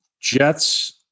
Jets